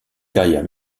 carrière